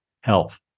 health